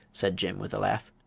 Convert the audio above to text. said jim, with a laugh.